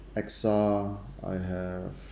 axa I have